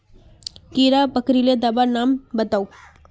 कीड़ा पकरिले दाबा नाम बाताउ?